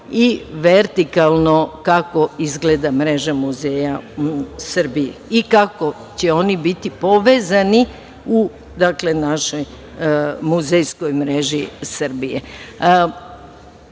i vertikalno kako izgleda mreža muzeja u Srbiji, i kako će oni biti povezani u našoj muzejskoj mreži Srbije. Još